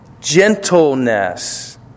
gentleness